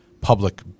public